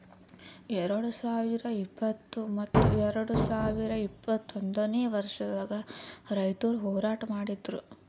ಎರಡು ಸಾವಿರ ಇಪ್ಪತ್ತು ಮತ್ತ ಎರಡು ಸಾವಿರ ಇಪ್ಪತ್ತೊಂದನೇ ವರ್ಷದಾಗ್ ರೈತುರ್ ಹೋರಾಟ ಮಾಡಿದ್ದರು